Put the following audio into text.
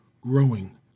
growing